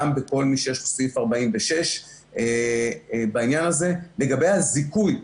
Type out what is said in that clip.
בכל מי שיש לו סעיף 46. לגבי הזיכוי,